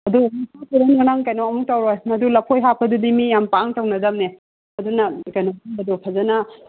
ꯑꯗꯣ ꯍꯥꯞꯄꯨꯔꯅꯨ ꯅꯪ ꯀꯩꯅꯣ ꯑꯃꯨꯛ ꯇꯧꯔꯣꯏ ꯃꯗꯨ ꯂꯐꯣꯏ ꯍꯥꯞꯄꯗꯨꯗꯤ ꯃꯤ ꯌꯥꯝ ꯄꯥꯛꯅ ꯇꯧꯅꯗꯕꯅꯦ ꯑꯗꯨꯅ ꯀꯩꯅꯣꯒꯨꯝꯕꯗꯣ ꯐꯖꯅ